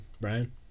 Brian